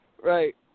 Right